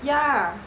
ya